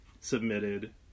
submitted